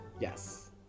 Yes